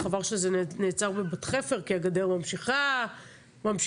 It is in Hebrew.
חבל שזה נעצר בבת חפר כי הגדר ממשיכה וממשיכה,